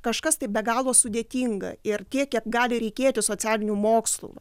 kažkas tai be galo sudėtinga ir tiek kiek gali reikėti socialinių mokslų